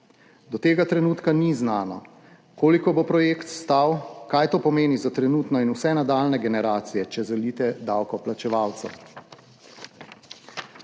Do tega trenutka ni znano, koliko bo projekt stal, kaj to pomeni za trenutno in vse nadaljnje generacije davkoplačevalcev.